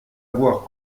voir